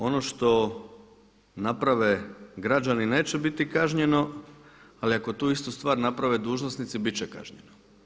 Ono što naprave gađani neće biti kažnjeno, ali ako tu istu stvar naprave dužnosnici bit će kažnjeno.